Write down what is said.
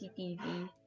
CCTV